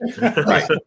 Right